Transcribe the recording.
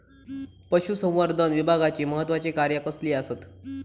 पशुसंवर्धन विभागाची महत्त्वाची कार्या कसली आसत?